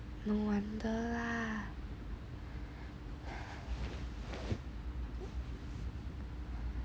no wonder lah